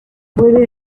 puede